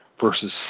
versus